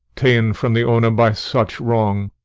ta'en from the owner by such wrong,